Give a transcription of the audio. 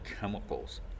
chemicals